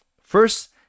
first